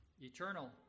eternal